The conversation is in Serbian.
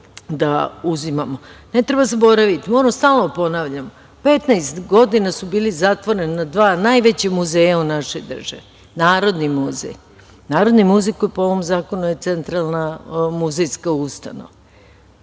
treba da zaboravimo. Moramo stalno da ponavljamo, 15 godina su bila zatvorena dva najveća muzeja u našoj državi, Narodni muzej. Dakle, Narodni muzej koji po ovom zakonu je centralna muzejska ustanova.